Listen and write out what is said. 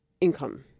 income